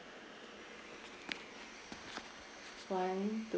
one